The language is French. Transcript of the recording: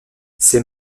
ces